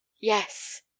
Yes